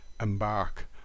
embark